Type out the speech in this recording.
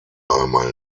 einmal